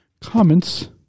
comments